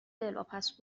دلواپس